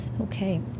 Okay